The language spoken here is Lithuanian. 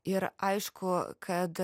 ir aišku kad